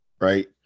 right